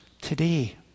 Today